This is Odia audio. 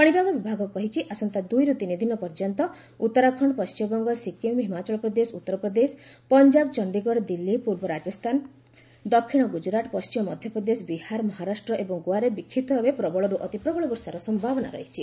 ପାଣିପାଗ ବିଭାଗ କହିଛି ଆସନ୍ତା ଦୁଇରୁ ତିନି ଦିନ ପର୍ଯ୍ୟନ୍ତ ଉତ୍ତରାଖଣ୍ଡ ପଣ୍ଢିମବଙ୍ଗ ସିକ୍କିମ୍ ହିମାଚଳ ପ୍ରଦେଶ ଉତ୍ତର ପ୍ରଦେଶ ପଞ୍ଜାବ ଚଣ୍ଡୀଗଡ଼ ଦିଲ୍ଲୀ ପୂର୍ବ ରାଜସ୍ଥାନ ଦକ୍ଷିଣ ଗୁଜୁରାଟ୍ ପଣ୍ଟିମ ମଧ୍ୟପ୍ରଦେଶ ବିହାର ମହାରାଷ୍ଟ୍ର ଏବଂ ଗୋଆରେ ବିକ୍ଷିପ୍ତ ଭାବେ ପ୍ରବଳରୁ ଅତି ପ୍ରବଳ ବର୍ଷାର ସମ୍ଭାବନା ରହିଛି